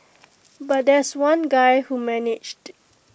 but there's one guy who managed